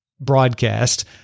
broadcast